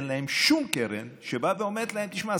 אין להם שום קרן שבאה ואומרת להם: תשמע,